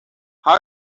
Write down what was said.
how